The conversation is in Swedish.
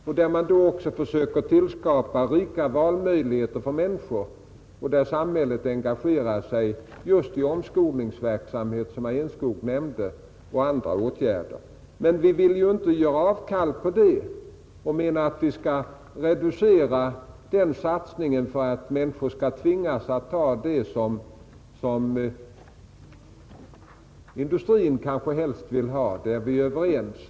Där försöker man också skapa rika valmöjligheter för människorna, och samhället engagerar sig där just i omskolningsverksamhet, som herr Enskog nämnde, och andra åtgärder. Men vi vill ju inte göra avkall på den satsningen och mena att den skall reduceras för att människor skall tvingas att acceptera det arbete som industrin kanske helst vill att de skall ta. Därom är vi överens.